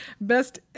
Best